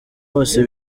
bose